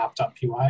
app.py